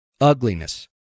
ugliness